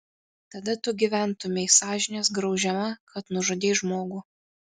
tada tu gyventumei sąžinės graužiama kad nužudei žmogų